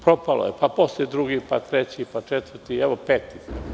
Propalo je, pa posle drugi, pa treći, pa četvrti i, evo, peti.